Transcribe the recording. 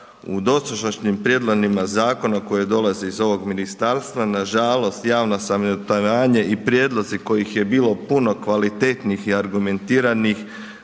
u dosadašnjim prijedlozima zakona koje dolaze iz ovog ministarstva, nažalost javno savjetovanje i prijedlozi koji je bilo puno kvalitetnijih i argumentiranih